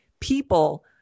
people